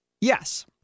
yes